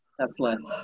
Excellent